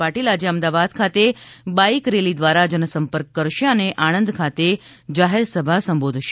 પાટિલ આજે અમદાવાદ ખાતે bike rally દ્વારા જનસંપર્ક કરશે અને આણંદ ખાતે જાહેરસભા સંબોધશે